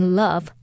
love